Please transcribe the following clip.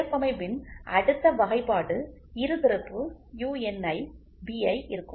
ஏற்பமைவின் அடுத்த வகைப்பாடு இருதரப்பு யுஎன்ஐ பிஐ இருக்கும்